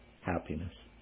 happiness